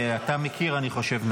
ואני חושב שאתה מכיר,